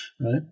right